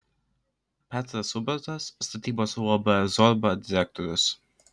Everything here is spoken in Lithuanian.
petras ubartas statybos uab zorba direktorius